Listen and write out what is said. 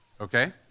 Okay